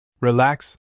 Relax